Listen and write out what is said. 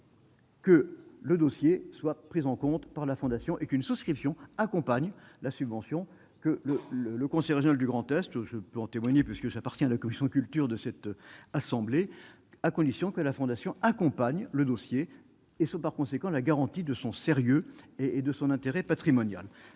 Que le dossier soit prise en compte par la fondation qu'une souscription accompagne la subvention que le le le conseil régional du Grand-Est, je peux en témoigner puisque j'appartiens à la commission culture de cette assemblée, à condition que la Fondation accompagne le dossier et sont par conséquent la garantie de son sérieux et de son intérêt patrimonial.